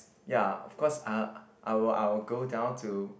ya of course uh I will I will go down to